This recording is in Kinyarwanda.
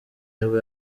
nibwo